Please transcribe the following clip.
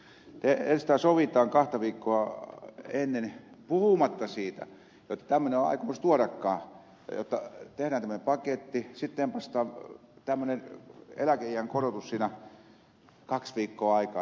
enstäin sovitaan kahta viikkoa ennen jotta tehdään tämmöinen paketti puhumatta siitä jotta tämmöinen on aikomus tuodakaan sitten tempaistaan tämmöinen eläkeiän korotus ja kaksi viikkoa on aikaa siitä